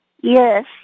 Yes